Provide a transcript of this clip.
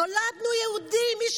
נולדנו יהודים.